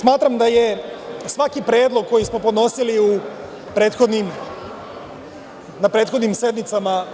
Smatram da je svaki predlog koji smo podnosili na prethodnim sednicama,